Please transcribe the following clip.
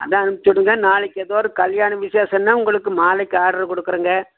அதுதான் அனுப்பிச்சுடுங்க நாளைக்கு எதோரு கல்யாணம் விசேஷன்னால் உங்களுக்கு மாலைக்கு ஆட்ரு கொடுக்குறோங்க